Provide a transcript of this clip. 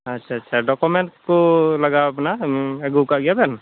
ᱟᱪᱷᱟ ᱪᱷᱟ ᱰᱳᱠᱳᱢᱮᱴ ᱠᱚ ᱞᱟᱜᱟᱣ ᱵᱮᱱᱟ ᱟᱹᱜᱩᱣᱟᱠᱟᱫ ᱜᱮᱭᱟ ᱵᱮᱱ